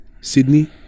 Sydney